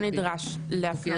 לא נדרש לאפיין במקום אחר.